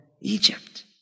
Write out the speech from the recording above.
Egypt